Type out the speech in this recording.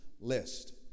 list